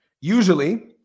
Usually